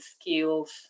skills